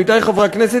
עמיתי חברי הכנסת,